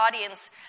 audience